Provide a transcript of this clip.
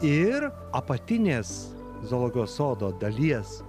ir apatinės zoologijos sodo dalies